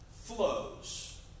flows